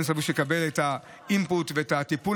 אין לי ספק שנקבל את האינפוט ואת הטיפול